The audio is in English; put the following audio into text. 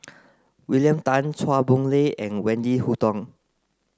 William Tan Chua Boon Lay and Wendy Hutton